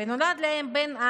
ונולד להם בן,